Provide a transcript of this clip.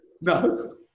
No